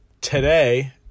today